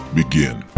begin